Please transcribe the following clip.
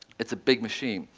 it's a big machine.